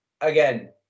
Again